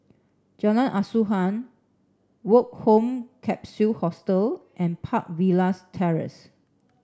Jalan Asuhan Woke Home Capsule Hostel and Park Villas Terrace